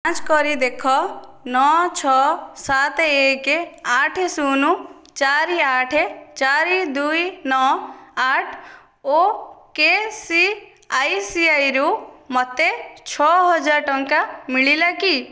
ଯାଞ୍ଚ କରି ଦେଖ ନଅ ଛଅ ସାତ ଏକ ଅଠ ଶୂନ ଚାରି ଆଠ ଚାରି ଦୁଇ ନଅ ଆଟ୍ ଓ କେ ସିଆଇସିଆଇରୁ ମୋତେ ଛଅ ହଜାର ଟଙ୍କା ମିଳିଲା କି